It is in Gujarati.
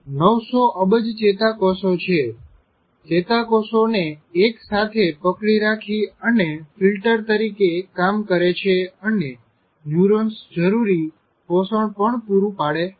900 અબજ ચેતાકોષો છે ચેતાકોષોને એક સાથે પકડી રાખી અને ફિલ્ટર તરીકે કામ કરે છે અને ન્યૂરોન્સ જરૂરી પોષણ પણ પૂરું પાડે છે